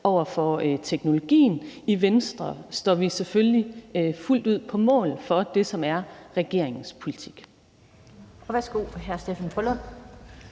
over for teknologien. I Venstre står vi selvfølgelig fuldt ud på mål for det, som er regeringens politik.